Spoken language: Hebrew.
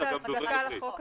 יש נטייה פחות לקיים אותו.